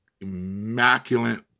immaculate